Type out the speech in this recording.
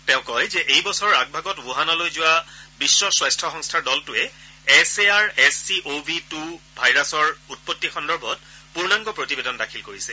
তেওঁ কয় যে এই বছৰৰ আগভাগত ৱুহানলৈ যোৱা বিশ্ব স্বাস্থ্য সংস্থাৰ দলটোৱে S A R S C O V two ভাইৰাছৰ উৎপত্তি সন্দৰ্ভত পূৰ্ণাংগ প্ৰতিবেদন দাখিল কৰিছে